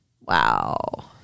Wow